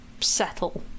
settle